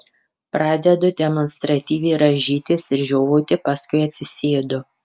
pradedu demonstratyviai rąžytis ir žiovauti paskui atsisėdu